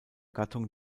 gattung